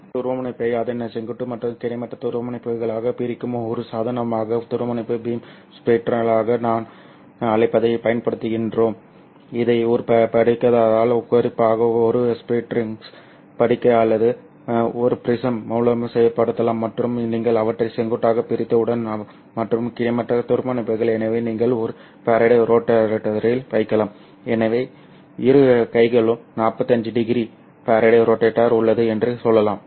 உள்வரும் துருவமுனைப்பை அதன் செங்குத்து மற்றும் கிடைமட்ட துருவமுனைப்புகளாக பிரிக்கும் ஒரு சாதனமான துருவமுனைப்பு பீம் ஸ்ப்ளிட்டராக நான் அழைப்பதைப் பயன்படுத்துகிறோம் இதை ஒரு படிகத்தால் குறிப்பாக ஒரு பைர்ப்ரிங்கன்ஸ் படிக அல்லது ஒரு ப்ரிஸம் மூலம் செயல்படுத்தலாம் மற்றும் நீங்கள் அவற்றை செங்குத்தாக பிரித்தவுடன் மற்றும் கிடைமட்ட துருவமுனைப்புகள் எனவே நீங்கள் ஒரு ஃபாரடே ரோட்டேட்டரில் வைக்கலாம் எனவே இரு கைகளுக்கும் 45º ஃபாரடே ரோட்டேட்டர் உள்ளது என்று சொல்லலாம்